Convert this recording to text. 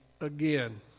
again